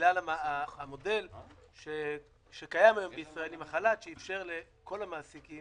בגלל המודל שקיים היום בישראל עם החל"ת שאפשר לכל המעסיקים